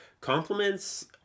compliments